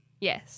Yes